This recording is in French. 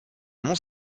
mont